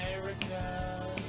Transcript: America